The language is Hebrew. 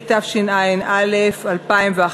התשע"א 2011,